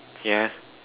yes